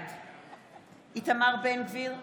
בעד איתמר בן גביר,